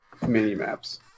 Minimaps